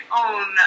own